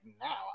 now